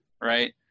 right